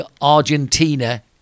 Argentina